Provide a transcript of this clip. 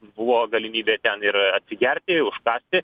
buvo galimybė ten ir atsigerti užkąsti